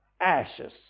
ashes